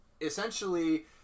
essentially